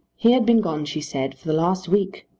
he had been gone, she said, for the last week,